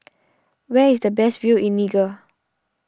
where is the best view in Niger